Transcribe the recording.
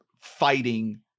fighting